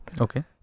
Okay